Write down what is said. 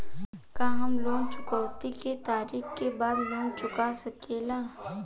का हम लोन चुकौती के तारीख के बाद लोन चूका सकेला?